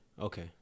okay